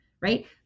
right